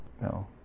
No